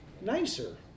nicer